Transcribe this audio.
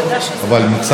ואני לא יודע בינתיים,